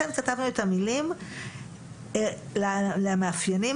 כרגע יש שש עילות בגללן הוועדה יכולה לסרב למועמד.